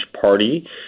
party